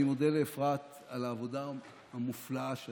אני מודה לאפרת על העבודה המופלאה שעשית.